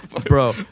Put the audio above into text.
bro